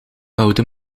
oude